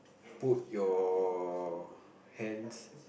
put your hands